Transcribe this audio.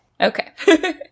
Okay